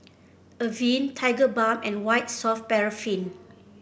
Avene Tigerbalm and White Soft Paraffin